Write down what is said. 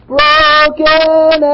Broken